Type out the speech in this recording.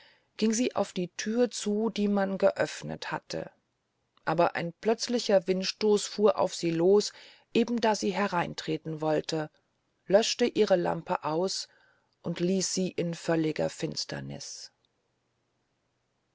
ging sie auf die thür zu die man geöfnet hatte aber ein plötzlicher windstoß fuhr auf sie los eben da sie hereintreten wollte löschte ihre lampe aus und ließ sie in völliger finsterniß